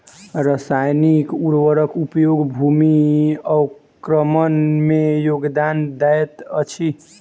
रासायनिक उर्वरक उपयोग भूमि अवक्रमण में योगदान दैत अछि